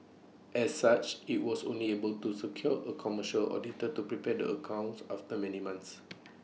as such IT was only able to secure A commercial auditor to prepare the accounts after many months